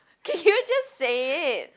can you just say it